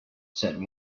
said